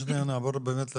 אז נעבור באמת אליכם,